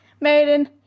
maiden